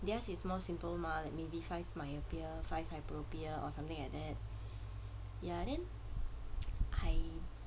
theirs is more simple mah like maybe five myopia five hyperopia or something like that ya then I